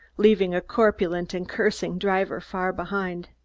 leaving a corpulent and cursing driver far behind.